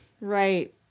Right